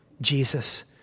Jesus